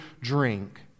drink